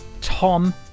Tom